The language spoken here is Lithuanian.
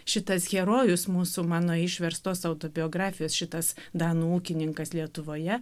šitas herojus mūsų mano išverstos autobiografijos šitas danų ūkininkas lietuvoje